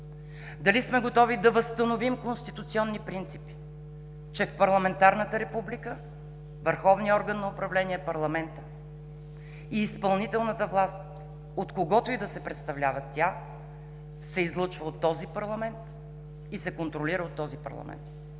дали сме готови да възстановим конституционни принципи, че в парламентарната република върховният орган на управление е парламентът и изпълнителната власт, от когото и да се представлява тя, се излъчва от този парламент и се контролира от този парламент;